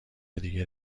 دیگه